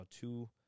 two